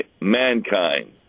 mankind